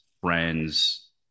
friends